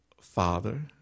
father